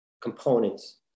components